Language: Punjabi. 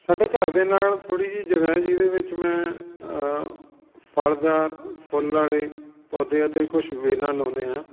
ਸਾਡੇ ਘਰ ਦੇ ਨਾਲ ਥੋੜ੍ਹੀ ਜਿਹੀ ਜਗ੍ਹਾ ਹੈ ਜਿਹਦੇ ਵਿੱਚ ਮੈਂ ਫਲ਼ਦਾਰ ਫੁੱਲ ਵਾਲੇ ਪੌਦੇ ਅਤੇ ਕੁਛ ਵੇਲਾਂ ਲਾਉਂਦੇ ਹਾਂ